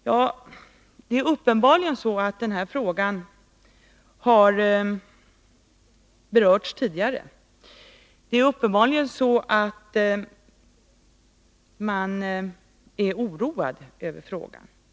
Ja, denna fråga har tydligen berörts tidigare, och man är uppenbarligen också oroad över den.